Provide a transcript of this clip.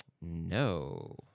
No